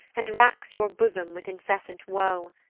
and racks your bosom with incessant woe,